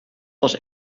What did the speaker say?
was